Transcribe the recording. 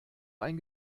ein